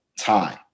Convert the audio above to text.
time